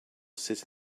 sit